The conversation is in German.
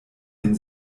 den